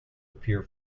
appear